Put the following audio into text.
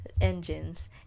engines